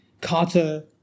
Carter